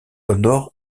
nord